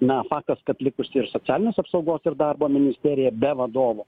na faktas kad likusi ir socialinės apsaugos ir darbo ministerija be vadovo